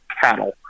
cattle